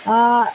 आओर